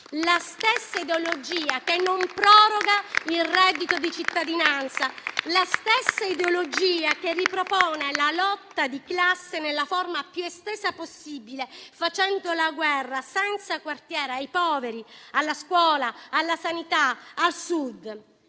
la stessa ideologia che non proroga il reddito di cittadinanza e la stessa ideologia che ripropone la lotta di classe nella forma più estesa possibile, facendo la guerra senza quartiere ai poveri, alla scuola, alla sanità e al Sud.